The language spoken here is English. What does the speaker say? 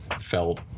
felt